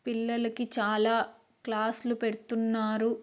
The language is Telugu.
పిల్లలకి చాలా క్లాసులు పెడుతున్నారు